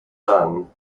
son